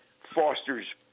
fosters